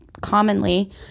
commonly